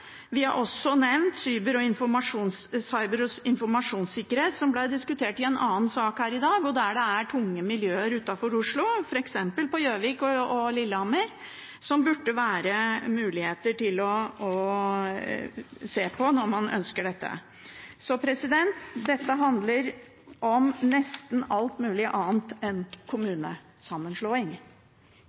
Vi har også nevnt cyber- og informasjonssikkerhet, som ble diskutert i en annen sak her i dag, der det er tunge miljøer utenfor Oslo, f.eks. på Gjøvik og Lillehammer, som burde være mulig å se på når man ønsker dette. Dette handler om nesten alt mulig annet enn kommunesammenslåing.